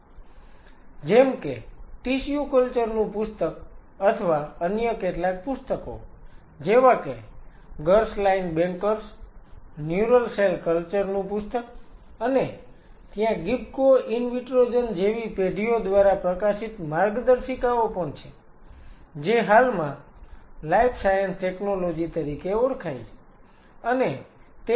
Refer Time 0411 જેમ કે tissue culture નું પુસ્તક અથવા અન્ય કેટલાક પુસ્તકો જેવા કે ગર્સલાઈન બેન્કર્સ ન્યુરલ સેલ કલ્ચર નું પુસ્તક અને ત્યાં ગિબકો ઈન્વિટ્રોજન જેવી પેઢીઓ દ્વારા પ્રકાશિત માર્ગદર્શિકાઓ પણ છે જે હાલમાં લાઈફ સાયન્સ ટેકનોલોજી તરીકે ઓળખાય છે